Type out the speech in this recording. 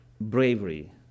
bravery